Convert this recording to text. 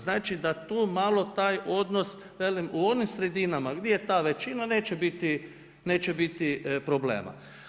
Znači da tu malo taj odnos velim, u onim sredinama gdje je ta većina, neće biti problema.